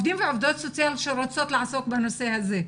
עובדים ועובדות סוציאליות שרוצים לעסוק בנושא הזה.